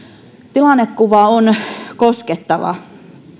tilannekuva on koskettava